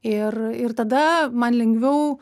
ir ir tada man lengviau